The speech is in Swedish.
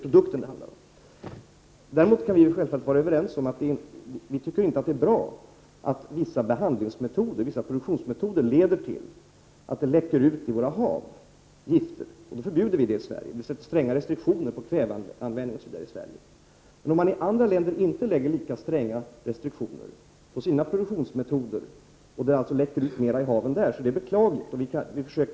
Vi kan däremot självfallet vara överens om att det inte är bra att vissa behandlingsmetoder och vissa produktionsmetoder leder till att det läcker ut gifter i våra hav. Vi förbjuder då sådan behandling i Sverige. Vi inför t.ex. stränga restriktioner för kväveanvändning. Det är beklagligt om man i andra länder inte har lika stränga restriktioner på produktionsmetoderna, så att det läcker ut mera gifter i haven.